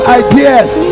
ideas